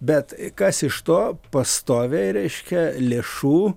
bet kas iš to pastoviai reiškia lėšų